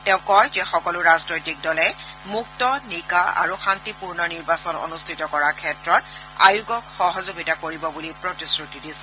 তেওঁ কয় যে সকলো ৰাজনৈতিক দলে মুক্ত নিকা আৰু শাস্তিপূৰ্ণ নিৰ্বাচন অনুষ্ঠিত কৰাৰ ক্ষেত্ৰত আয়োগকক সহযোগিতা কৰিব বুলি প্ৰতিশ্ৰুতি দিছে